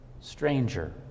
stranger